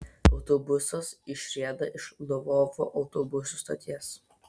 autobusas išrieda iš lvovo autobusų stoties